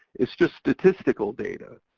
is just statistical data.